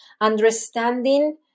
understanding